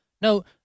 no